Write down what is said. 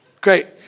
Great